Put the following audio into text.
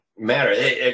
matter